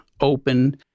open